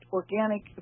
organic